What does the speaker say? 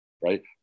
Right